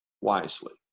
wisely